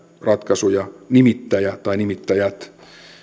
ratkaisuja nimittäjä tai nimittäjät